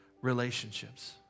relationships